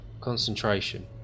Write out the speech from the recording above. concentration